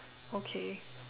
okay